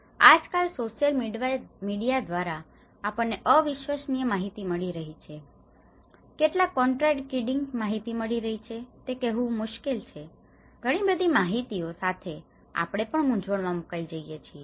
અને આજકાલ social media દ્વારા આપણને અવિશ્વસનીય માહિતી મળી રહી છે કેટલો કોન્ટ્રાડિકટિંગ માહિતી મળી રહી છે તે કહેવું મુશ્કેલ છે ઘણીબધી માહિતીઓ સાથે આપણે પણ મૂંઝવણમાં મુકાઈ જઈએ છીએ